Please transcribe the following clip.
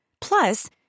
Plus